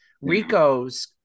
Rico's